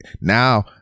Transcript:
Now